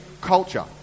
culture